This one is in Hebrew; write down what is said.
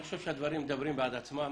אני חושב שהדברים מדברים בעד עצמם.